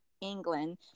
England